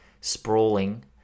sprawling